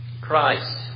Christ